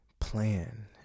plan